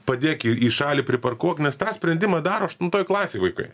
padėk į į šalį priparkuok nes tą sprendimą daro aštuntoj klasėj vaikai